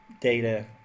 Data